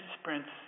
sprints